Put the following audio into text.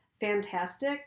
fantastic